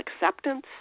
acceptance